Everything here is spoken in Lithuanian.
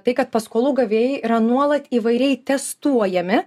tai kad paskolų gavėjai yra nuolat įvairiai testuojami